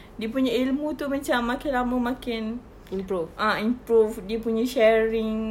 dia punya ilmu macam makin lama makin ah improve dia punya sharing